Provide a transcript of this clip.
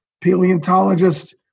paleontologist